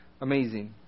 Amazing